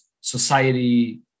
society